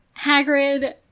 Hagrid